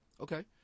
Okay